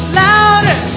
louder